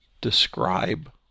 describe